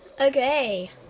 Okay